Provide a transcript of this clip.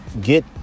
get